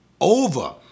over